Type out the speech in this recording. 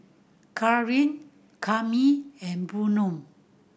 Charline Cami and Bynum